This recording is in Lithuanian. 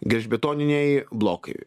gelžbetoniniai blokai